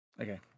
okay